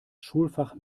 schulfach